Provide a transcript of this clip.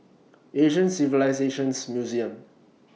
Asian Civilisations Museum